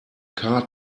car